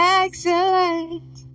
excellent